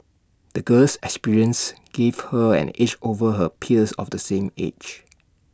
the girl's experiences gave her an edge over her peers of the same age